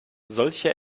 solche